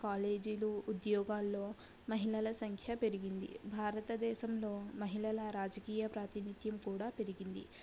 ఉద్యోగాల్లో మహిళల సంఖ్య పెరిగింది భారతదేశంలో మహిళల రాజకీయ ప్రాతినిథ్యం కూడా పెరిగింది